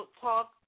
talk